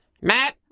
Matt